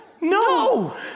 No